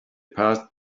passed